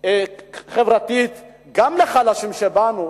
חברתית גם לחלשים שבנו.